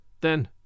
Then—